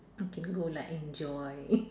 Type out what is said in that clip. okay go lah enjoy